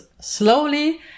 slowly